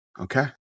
Okay